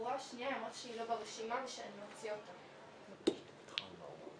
התקלה הייתה אצלכם ואני מקווה שאתה שומע אותי עכשיו בצורה ברורה.